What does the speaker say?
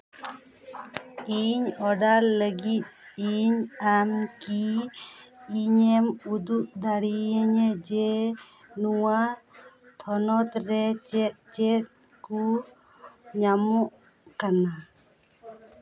ᱤᱧ ᱚᱰᱟᱨ ᱞᱟᱹᱜᱤᱫ ᱤᱧ ᱟᱢ ᱠᱤ ᱤᱧᱮᱢ ᱩᱫᱩᱜ ᱫᱟᱲᱮᱭᱟᱹᱧᱟᱹ ᱡᱮ ᱱᱚᱣᱟ ᱛᱷᱚᱱᱚᱛ ᱨᱮ ᱪᱮᱫ ᱪᱮᱫ ᱠᱚ ᱧᱟᱢᱚᱜ ᱠᱟᱱᱟ